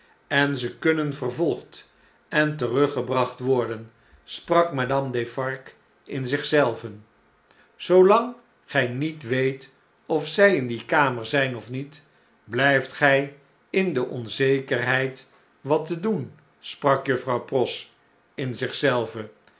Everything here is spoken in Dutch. en kunnen vervolgd en teruggebracht worden sprak madame defarge in zich zelve zoolang gij niet weet of zij in die kamer zijn of niet blijft gij in de onzekerheid wat te doen sprak juffrouw pross in zich